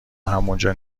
همونجا